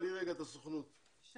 רק